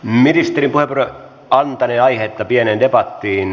ministerin puheenvuoro antanee aihetta pieneen debattiin